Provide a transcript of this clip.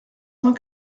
cent